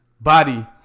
Body